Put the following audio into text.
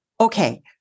okay